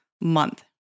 Month